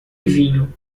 vinho